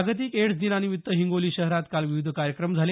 जागतिक एड्स दिनानिमित्त हिंगोली शहरात काल विविध कार्यक्रम झाले